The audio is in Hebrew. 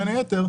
בין היתר,